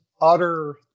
utter